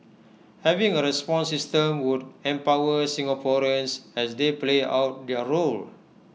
having A response system would empower Singaporeans as they play out their role